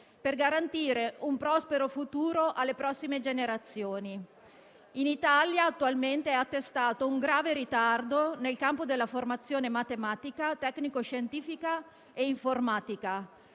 per garantire un prospero futuro alle prossime generazioni. In Italia è attualmente attestato un grave ritardo nel campo della formazione matematica, tecnico-scientifica e informatica,